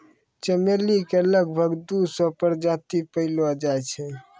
चमेली के लगभग दू सौ प्रजाति पैएलो जाय छै